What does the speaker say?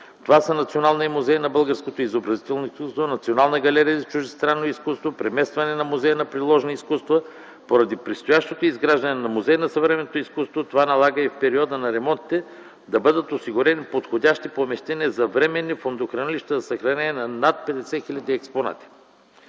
Това са Националният музей на българското изобразително изкуство, Националната галерия за чуждестранно изкуство, преместване на музеи на приложното изкуство. Поради предстоящото изграждане на Музей на съвременното изкуство, това налага в периода на ремонтите да бъдат осигурени подходящи помещения за временни фондохранилища за съхранение на над 50 000 експонати